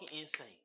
insane